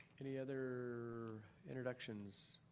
any other introductions?